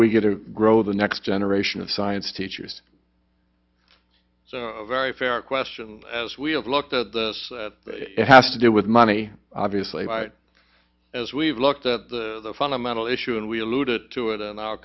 we get to grow the next generation of science teachers so very fair question as we have looked at the it has to do with money obviously as we've looked at the fundamental issue and we alluded to it in our